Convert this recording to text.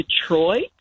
detroit